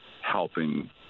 helping